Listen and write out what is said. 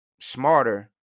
smarter